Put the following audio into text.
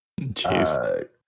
Jeez